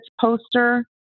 poster